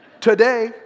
Today